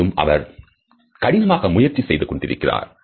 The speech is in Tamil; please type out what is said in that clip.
மேலும் அவர் கடினமாக முயற்சி செய்து கொண்டிருக்கிறார்